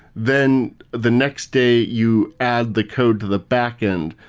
then the next day, you add the code to the backend.